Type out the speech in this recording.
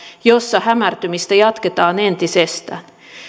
jossa hämärtymistä jatketaan entisestään